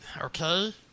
Okay